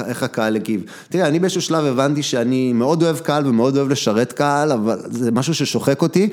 איך הקהל יגיב. תראה, אני באיזשהו שלב הבנתי שאני מאוד אוהב קהל ומאוד אוהב לשרת קהל, אבל זה משהו ששוחק אותי.